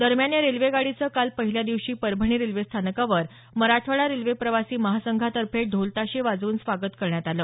दरम्यान या रेल्वे गाडीचं काल पहिल्या दिवशी परभणी रेल्वे स्थानकावर मराठवाडा रेल्वे प्रवासी महासंघातर्फे ढोल ताशे वाजवून स्वागत करण्यात आलं